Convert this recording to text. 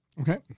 Okay